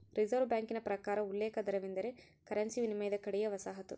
reserve ಬ್ಯಾಂಕಿನ ಪ್ರಕಾರ ಉಲ್ಲೇಖ ದರವೆಂದರೆ ಕರೆನ್ಸಿ ವಿನಿಮಯದ ಕಡೆಯ ವಸಾಹತು